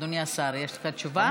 אדוני השר, יש לך תשובה?